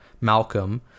Malcolm